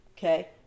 Okay